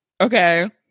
Okay